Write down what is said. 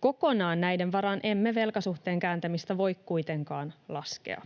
Kokonaan näiden varaan emme velkasuhteen kääntämistä voi kuitenkaan laskea.